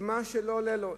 מה שלא עולה לו.